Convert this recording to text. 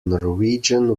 norwegian